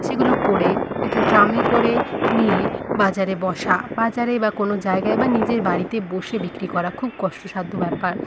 সেগুলো করে একটা ড্রামে করে নিয়ে বাজারে বসা বাজারে বা কোনো জায়গায় বা নিজের বাড়িতে বসে বিক্রি করা খুব কষ্টসাধ্য ব্যাপার